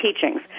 teachings